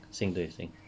sing 对